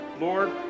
Lord